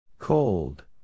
Cold